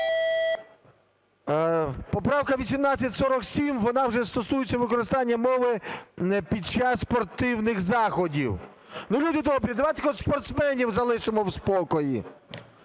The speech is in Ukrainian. Поправка 1847, вона вже стосується використання мови під час спортивних заходів. Люди добрі, давайте хоч спортсменів залишимо в спокої.